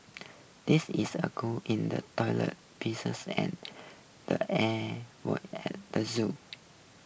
this is a clog in the toilet pieces and the Air Vents at the zoo